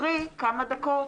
קרי כמה דקות,